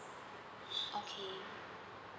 okay